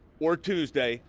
or tuesday,